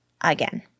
again